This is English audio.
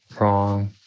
wrong